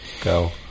go